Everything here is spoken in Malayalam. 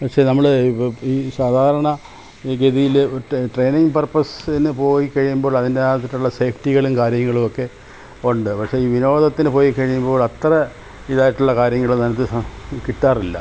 പഷേ നമ്മൾ ഇപ്പം ഈ സാധാരണ ഈ ഗതിയിൽ മറ്റേ ട്രെയിനിംഗ് പർപ്പസിന് പോയി കഴിയുമ്പോൾ അതിൻ്റെ ആ അതിലുള്ള സേഫ്റ്റികളും കാര്യങ്ങളുമൊക്കെ ഉണ്ട് പക്ഷേ ഈ വിനോദത്തിന് പോയി കഴിയുമ്പോൾ അത്ര ഇതായിട്ടുള്ള കാര്യങ്ങളൊന്നും അത് കിട്ടാറില്ല